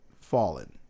fallen